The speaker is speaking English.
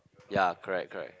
ya correct correct